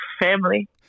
family